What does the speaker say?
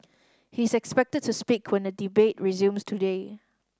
he is expected to speak when the debate resumes today